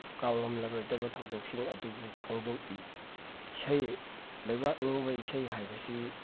ꯀꯥꯎꯉꯝꯂꯔꯣꯏꯗꯕ ꯊꯧꯗꯣꯛꯁꯤꯡ ꯑꯗꯨꯕꯨ ꯐꯣꯡꯗꯣꯛꯏ ꯏꯁꯩ ꯂꯩꯕꯥꯛ ꯅꯤꯡꯕ ꯏꯁꯩ ꯍꯥꯏꯕꯁꯤ